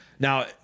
Now